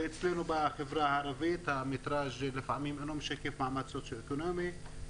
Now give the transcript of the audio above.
ואצלנו בחברה הערבית המטרז' לא תמיד משקף מעמד סוציו-אקונומי,